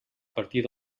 partir